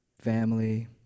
family